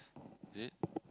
is it